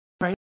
right